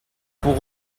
pour